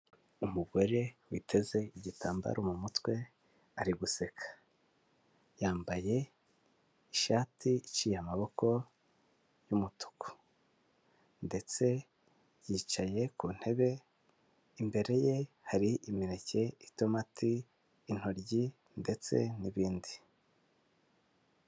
umugore witeze igitambaro mu mutwe ari guseka yambaye ishati iciye amaboko y'umutuku ndetse yicaye ku ntebe imbere ye hari imineke itomati intoryi ndetse n'ibindi.